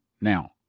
now